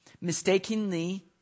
mistakenly